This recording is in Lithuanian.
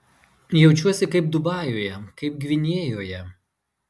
jaučiuosi kaip dubajuje kaip gvinėjoje